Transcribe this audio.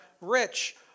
rich